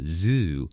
zoo